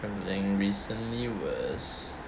travelling recently was